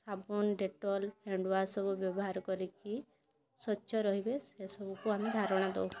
ସାବୁନ୍ Dettol hand wash ସବୁ ବ୍ୟବହାର କରି କି ସ୍ୱଚ୍ଛ ରହିବେ ସେ ସବୁ କୁ ଆମେ ଧାରଣା ଦଉ